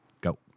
Go